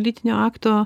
lytinio akto